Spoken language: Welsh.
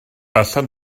allan